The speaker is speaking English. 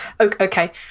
Okay